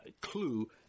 clue